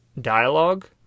dialogue